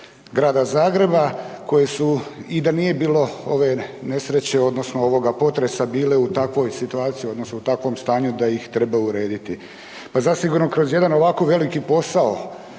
Grada Zagreba koje su i da nije bilo ove nesreće odnosno ovoga potresa bile u takvoj situaciji odnosno u takvom stanju da ih treba urediti. Pa zasigurno kroz jedan ovako veliki posao,